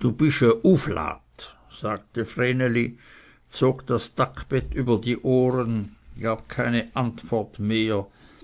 du bisch e uflat sagte vreneli zog das dackbett über die ohren gab keine antwort mehr